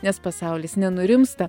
nes pasaulis nenurimsta